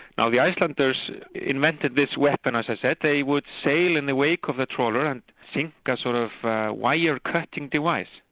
now the icelanders invented this weapon, as i said, they would sail in the wake of a trawler and sink a sort of wire cutting device,